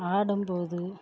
ஆடும்போது